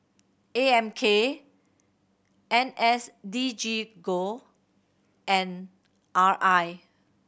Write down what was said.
A M K N S D G go and R I